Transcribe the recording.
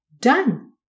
Done